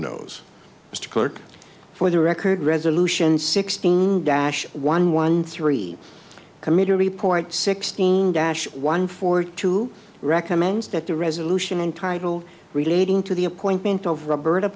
clerk for the record resolution sixteen dash one one three committee report sixteen dash one four two recommends that the resolution entitle relating to the appointment of robert